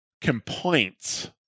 complaints